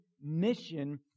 mission